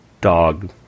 dog